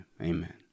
Amen